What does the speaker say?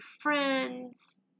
friends